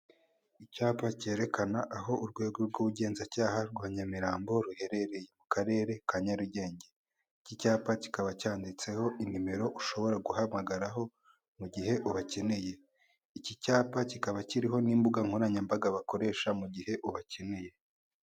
Umuhanda wa kaburimbo cyangwa se w'umukara uri gukoreshwa n'ibinyabiziga bitandukanye, bimwe muri byo ni amagare abiri ahetse abagenzi ikindi nii ikinyabiziga kiri mu ibara ry'umweru cyangwa se ikamyo kikoreye inyuma imizigo bashumikishije itente cyangwa se igitambaro cy'ubururu.